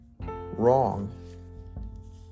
wrong